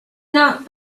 not